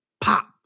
pop